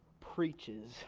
preaches